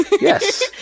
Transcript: Yes